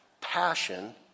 passion